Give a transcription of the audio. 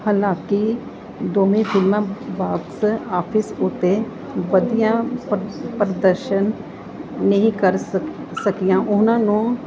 ਹਾਲਾਂਕਿ ਦੋਵੇਂ ਫ਼ਿਲਮਾਂ ਬਾਕਸ ਆਫਿਸ ਉੱਤੇ ਵਧੀਆ ਪ ਪ੍ਰਦਰਸ਼ਨ ਨਹੀਂ ਕਰ ਸਕੀਆਂ ਉਹਨਾਂ ਨੂੰ